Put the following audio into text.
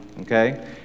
okay